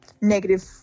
negative